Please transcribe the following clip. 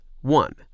One